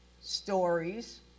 stories